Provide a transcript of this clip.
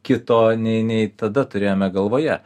kito nei nei tada turėjome galvoje